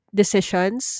decisions